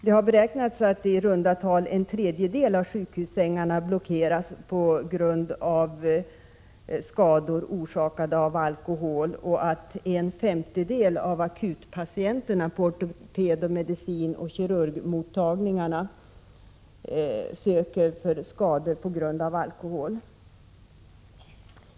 Det har beräknats att i runda tal en tredjedel av sjukhussängarna blockeras på grund av skador orsakade av alkohol och att en femtedel av akutpatienterna på ortoped-, medicinoch kirurgmottagningarna söker för skador till följd av alkohol.